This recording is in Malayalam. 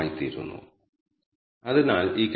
കൂടാതെ ഈ read